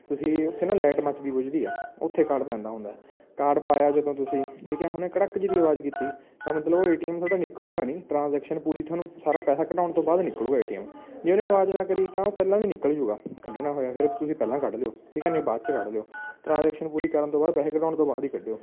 ਤੁਸੀਂ ਉੱਥੇ ਨਾ ਲਾਈਟ ਮੱਚਦੀ ਬੁੱਝਦੀ ਆ ਉੱਥੇ ਕਾਰਡ ਪੈਂਦਾ ਹੁੰਦਾ ਕਾਰਡ ਪਾਇਆ ਜਦੋਂ ਤੁਸੀਂ ਠੀਕ ਹੈ ਉਹਨੇ ਕੜਕ ਜੀ ਦੀ ਆਵਾਜ਼ ਕੀਤੀ ਤਾਂ ਮਤਲਬ ਉਹ ਏ ਟੀ ਐੱਮ ਤੁਹਾਡਾ ਨਿਕਲੂਗਾ ਨਹੀਂ ਟਰਾਂਜੈਕਸ਼ਨ ਪੂਰੀ ਤੁਹਾਨੂੰ ਸਾਰਾ ਪੈਸਾ ਕਢਵਾਉਣ ਤੋਂ ਬਾਅਦ ਨਿਕਲੂਗਾ ਏ ਟੀ ਐੱਮ ਜੇ ਉਹਨੇ ਆਵਾਜ਼ ਨਾ ਕਰੀ ਤਾਂ ਉਹ ਪਹਿਲਾਂ ਵੀ ਨਿਕਲ ਜੂਗਾ ਕੱਢਣਾ ਹੋਇਆ ਫਿਰ ਤੁਸੀਂ ਪਹਿਲਾਂ ਕੱਢ ਲਿਓ ਠੀਕ ਹੈ ਨਹੀਂ ਬਾਅਦ 'ਚ ਕੱਢ ਲਿਓ ਟਰਾਂਜੈਕਸ਼ਨ ਪੂਰੀ ਕਰਨ ਤੋਂ ਬਾਅਦ ਪੈਸੇ ਕਢਾਉਣ ਤੋਂ ਬਾਅਦ ਹੀ ਕੱਢਿਓ